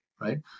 Right